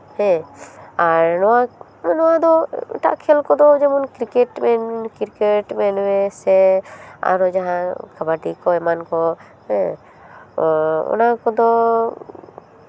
ᱦᱮᱸ ᱟᱨᱚ ᱱᱚᱣᱟ ᱫᱚ ᱮᱴᱟᱜ ᱠᱷᱮᱞ ᱠᱚᱫᱚ ᱡᱮᱢᱚᱱ ᱠᱨᱤᱠᱮᱹᱴ ᱢᱮᱱ ᱠᱨᱤᱠᱮᱹᱴ ᱢᱮᱱ ᱢᱮ ᱥᱮ ᱟᱨ ᱡᱟᱦᱟᱸᱭ ᱠᱟᱵᱟᱰᱤ ᱠᱚ ᱮᱢᱟᱱ ᱠᱚ ᱦᱮᱸ ᱚᱱᱟ ᱠᱚᱫᱚ